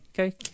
Okay